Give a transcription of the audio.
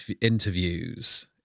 Interviews